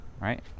right